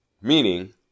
Meaning